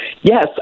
Yes